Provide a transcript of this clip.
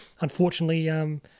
Unfortunately